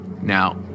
Now